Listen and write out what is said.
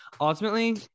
ultimately